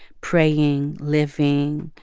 praying, living,